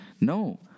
No